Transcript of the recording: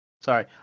Sorry